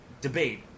debate